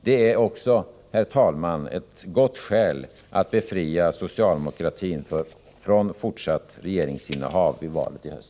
Det är också, herr talman, ett gott skäl att befria socialdemokratin från fortsatt regeringsinnehav efter valet i höst.